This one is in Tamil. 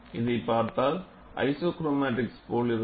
இதைப் பார்த்தால் ஐசோக்ரோமாடிக்ஸ் போலிருக்கும்